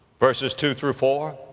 verses two through four,